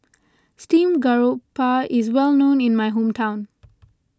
Steamed Garoupa is well known in my hometown